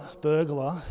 burglar